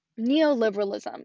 neoliberalism